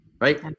Right